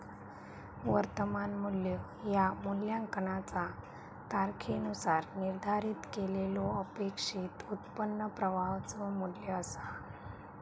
वर्तमान मू्ल्य ह्या मूल्यांकनाचा तारखेनुसार निर्धारित केलेल्यो अपेक्षित उत्पन्न प्रवाहाचो मू्ल्य असा